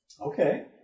Okay